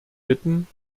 bitten